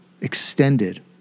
extended